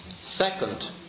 Second